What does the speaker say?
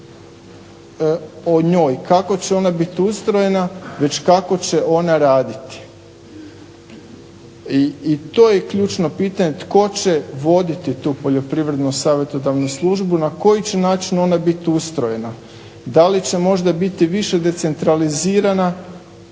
o njoj, kako će ona bit ustrojena već kako će ona raditi i to je ključno pitanje tko će voditi tu Poljoprivrednu savjetodavnu službu, na koji će način ona bit ustrojena. Da li će možda biti više decentralizirana